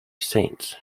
saints